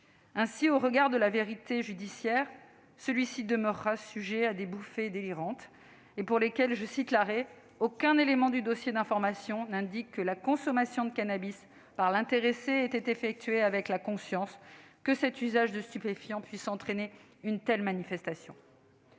Ainsi, au regard de la vérité judiciaire, ce dernier demeurera sujet à des bouffées délirantes. À ce titre, l'arrêt précise :«[...] Aucun élément du dossier d'information n'indique que la consommation de cannabis par l'intéressé ait été effectuée avec la conscience que cet usage de stupéfiants puisse entraîner une telle manifestation.